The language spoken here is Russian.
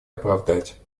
оправдать